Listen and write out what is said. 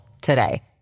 today